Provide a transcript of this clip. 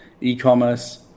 e-commerce